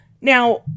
Now